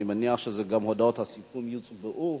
אני מניח שגם הודעות הסיכום יוצבעו,